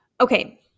Okay